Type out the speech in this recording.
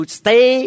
stay